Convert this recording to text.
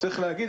צריך להגיד,